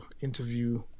interview